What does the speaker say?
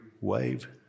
wave